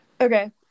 okay